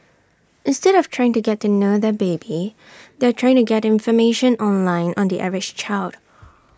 instead of trying to get to know their baby they are trying to get information online on the average child